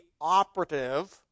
operative